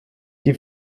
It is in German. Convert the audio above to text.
die